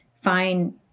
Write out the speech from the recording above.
find